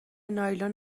نایلون